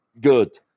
good